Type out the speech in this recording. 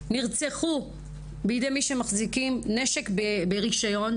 נרצחו בידי מי שמחזיקים נשק ברישיון.